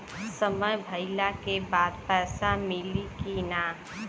समय भइला के बाद पैसा मिली कि ना?